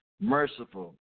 Merciful